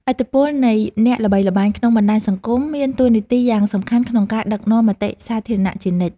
ឥទ្ធិពលនៃអ្នកល្បីល្បាញក្នុងបណ្តាញសង្គមមានតួនាទីយ៉ាងសំខាន់ក្នុងការដឹកនាំមតិសាធារណៈជានិច្ច។